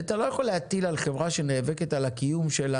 אתה לא יכול להטיל על חברה שנאבקת על הקיום שלה